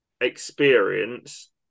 experience